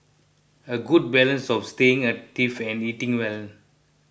a good balance of staying active and eating well